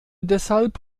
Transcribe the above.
deshalb